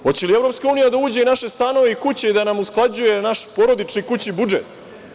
Hoće li u EU da uđu i naši stanovi i kuće, da se usklađuje naš porodični kućni budžet?